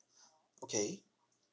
okay